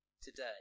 Today